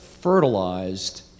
fertilized